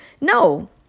No